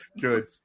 Good